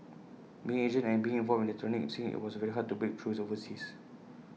being Asian and being involved in the electronic scene IT was very hard to break through overseas